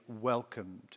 welcomed